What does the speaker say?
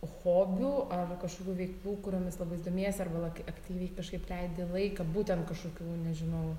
hobių ar kažkokių veiklų kuriomis domiesi arba lak aktyviai kažkaip leidi laiką būtent kažkokių nežinau